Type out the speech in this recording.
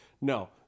No